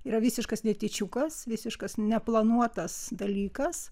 yra visiškas netyčiukas visiškas neplanuotas dalykas